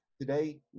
today